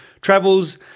travels